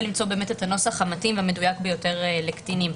למצוא את הנוסח המתאים והמדויק ביותר לקטינים.